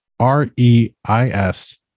R-E-I-S